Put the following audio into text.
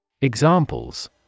Examples